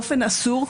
באופן אסור.